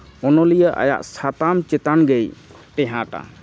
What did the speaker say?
ᱚᱱᱚᱞᱤᱭᱟᱹ ᱟᱭᱟᱜ ᱥᱟᱛᱟᱢ ᱪᱮᱛᱟᱱ ᱜᱮᱭ ᱴᱮᱦᱟᱴᱟ